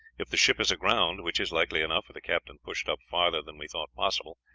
if the ship is aground, which is likely enough, for the captain pushed up farther than we thought possible,